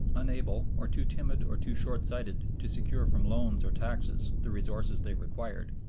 unable, or too timid or too short-sighted to secure from loans or taxes the resources they required,